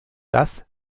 das